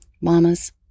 mamas